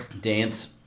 dance